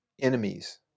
enemies